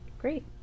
Great